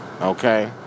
Okay